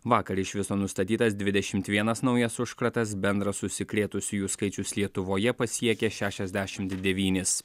vakar iš viso nustatytas dvidešimt vienas naujas užkratas bendras užsikrėtusiųjų skaičius lietuvoje pasiekė šešiasdešimt devynis